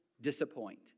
disappoint